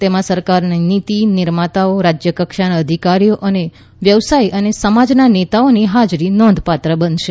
તેમાં સરકારના નીતિ નિર્માતાઓ રાજ્ય કક્ષાના અધિકારીઓ અને વ્યવસાય અને સમાજના નેતાઓની હાજરી નોધપાત્ર બનશે